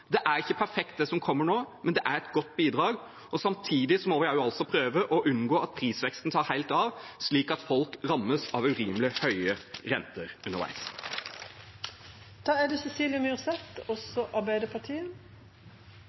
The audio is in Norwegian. Det er ikke perfekt det som kommer nå, men det er et godt bidrag. Samtidig må vi prøve å unngå at prisveksten tar helt av, at folk rammes av urimelig høye renter underveis. En ting som kjennetegner denne regjeringen – og jeg sier det